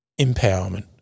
empowerment